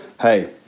hey